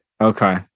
okay